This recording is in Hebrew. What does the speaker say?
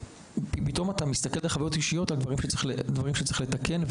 פתאום דרך חוויות אישיות אתה מסתכל על דברים שצריך לתקן,